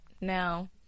now